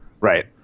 Right